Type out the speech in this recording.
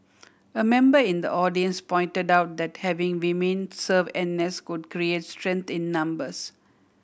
a member in the audience pointed out that having women serve N S could create strength in numbers